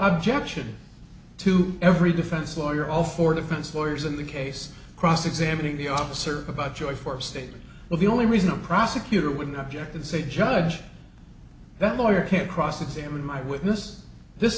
objection to every defense lawyer all for defense lawyers in the case cross examining the officer about joy for statement well the only reason a prosecutor wouldn't object is a judge that lawyer can't cross examine my witness this